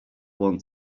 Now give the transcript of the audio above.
want